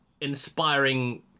inspiring